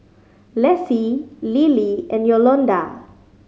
Lessie Lilie and Yolonda